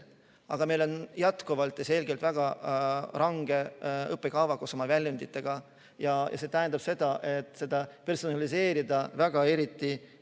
Aga meil on jätkuvalt ja selgelt väga range õppekava koos oma väljunditega. See tähendab seda, et personaliseerida eriti